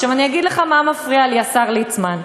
אני אגיד לך מה מפריע לי, השר ליצמן.